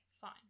fine